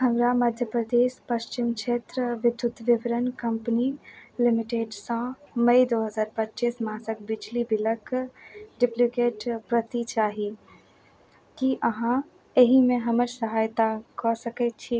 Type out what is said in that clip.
हमरा मध्य प्रदेश पश्चिम क्षेत्र विद्युत विवरण कम्पनी लिमिटेडसँ मई दू हजार पच्चीस मासक बिजली बिलक डुप्लिकेट प्रति चाही की अहाँ एहीमे हमर सहायता कऽ सकय छी